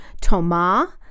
Thomas